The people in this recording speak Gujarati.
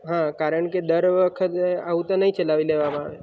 હા કારણ કે દર વખતે આવું તો નહીં ચલાવી લેવામાં આવે